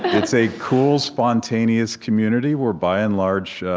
it's a cool, spontaneous community where, by and large,